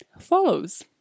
follows